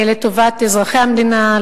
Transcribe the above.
לטובת אזרחי המדינה,